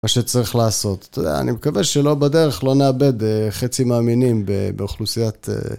מה שצריך לעשות, אתה יודע, אני מקווה שלא בדרך לא נאבד חצי מאמינים באוכלוסיית